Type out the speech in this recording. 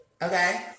Okay